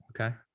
Okay